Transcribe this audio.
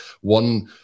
one